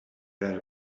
that